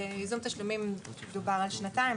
בייזום התשלומים דובר על שנתיים,